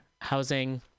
Housing